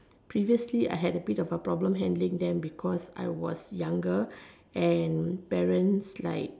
previously I had a bit of a problem handling them because I was younger and parents like